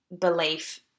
belief